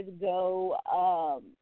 go